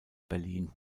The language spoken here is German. berlin